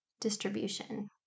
distribution